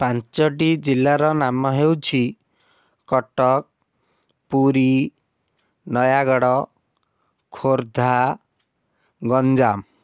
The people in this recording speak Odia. ପାଞ୍ଚଟି ଜିଲ୍ଲାର ନାମ ହେଉଛି କଟକ ପୁରୀ ନୟାଗଡ଼ ଖୋର୍ଦ୍ଧା ଗଞ୍ଜାମ